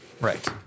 Right